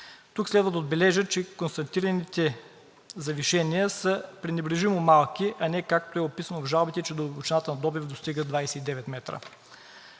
Тук следва да отбележа, че констатираните завишения са пренебрежимо малки, а не както е описано в жалбите, че дълбочината на добив достига 29 метра.